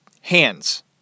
hands